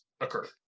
occur